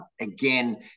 again